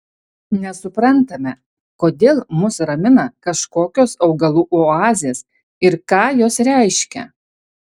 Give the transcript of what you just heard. nesuprantame kodėl mus ramina kažkokios augalų oazės ir ką jos reiškia